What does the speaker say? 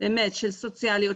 באמת של סוציאליות,